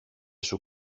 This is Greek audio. σου